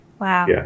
Wow